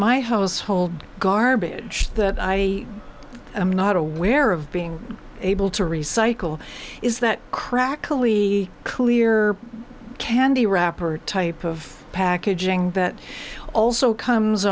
my household garbage that i am not aware of being able to recycle is that crack only clear candy wrapper type of packaging that also comes